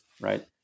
right